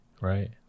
right